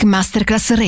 Masterclass